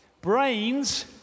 Brains